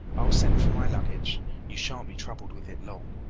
i'll send for my luggage you shan't be troubled with it long.